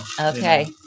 Okay